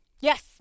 Yes